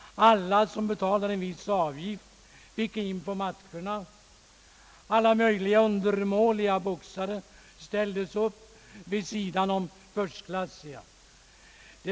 Alla som betalade en viss avgift gick in på matcherna. Alla möjliga undermåliga boxare ställdes upp vid sidan av förstklassiga.